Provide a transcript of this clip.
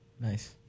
Nice